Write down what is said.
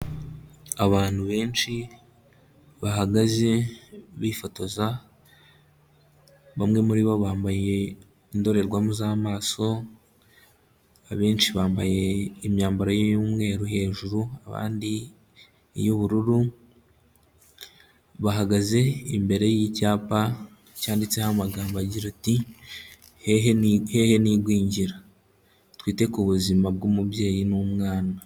Abantu benshi bahagaze bifotoza, bamwe muri bo bambaye indorerwamu z'amaso, abenshi bambaye imyambaro y'umweru hejuru abandi iy'ubururu, bahagaze imbere y'icyapa cyanditseho amagambo agira uti hehe n'igwingira, twite ku buzima bw'umubyeyi n'umwana.